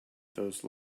those